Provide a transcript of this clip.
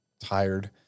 tired